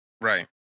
Right